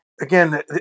again